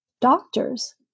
doctors